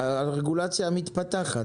הרגולציה המתפתחת.